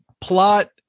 plot